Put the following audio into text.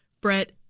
Brett